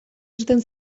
irten